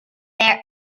their